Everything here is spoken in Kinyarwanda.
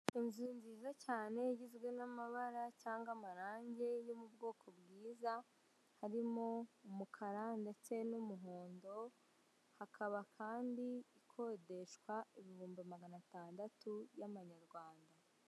Inzu nziza cyane igizwe n'amabara cyangwa amarange yo mu bwoko bwiza harimo umukara ndetse n'umuhondo ikaba kandi ikodeshwa ibihumbi magana atandatu by'amanyarwanda.